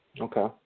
Okay